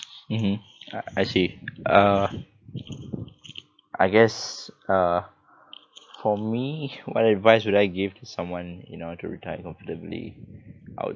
mmhmm I I see uh I guess uh for me what advice would I give to someone you know to retire comfortably I would